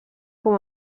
com